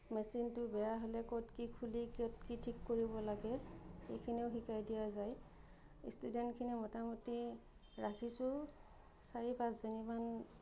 মেচিনটো বেয়া হ'লে ক'ত কি খুলি ক'ত কি ঠিক কৰিব লাগে হেইখিনিও শিকাই দিয়া যায় ইষ্টুডেণ্টখিনি মোটামুটি ৰাখিছোঁ চাৰি পাঁচজনীমান